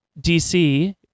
DC